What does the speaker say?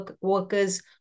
workers